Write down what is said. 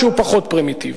שהוא פחות פרימיטיבי.